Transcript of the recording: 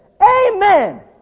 amen